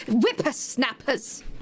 whippersnappers